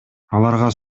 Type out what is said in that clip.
аларга